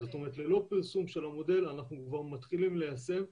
זאת אומרת ללא פרסום של המודל אנחנו כבר מתחילים ליישם.